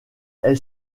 est